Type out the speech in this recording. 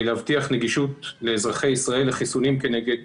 להבטיח נגישות לאזרחי ישראל לחיסונים כנגד